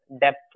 depth